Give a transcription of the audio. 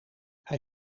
hij